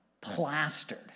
plastered